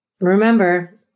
Remember